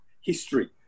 history